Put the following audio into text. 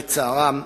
לצערה,